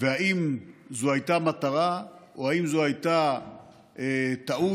ואם זאת הייתה מטרה או זאת הייתה טעות,